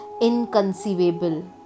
inconceivable